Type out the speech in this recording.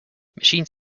machines